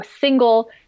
single